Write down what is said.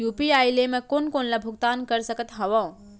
UPI ले मैं कोन कोन ला भुगतान कर सकत हओं?